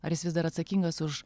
ar jis vis dar atsakingas už